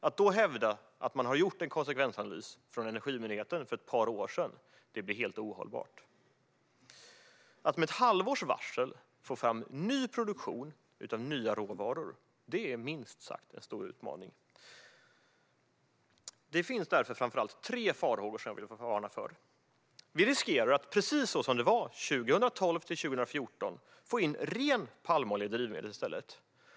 Att då hävda att Energimyndigheten har gjort en konsekvensanalys för ett par år sedan blir helt ohållbart. Att med ett halvårs varsel få fram ny produktion av nya råvaror är minst sagt en stor utmaning. Det finns därför framför allt tre saker jag vill varna för. Vi riskerar att, precis som det var 2012-2014, få in ren palmolja i drivmedel i stället.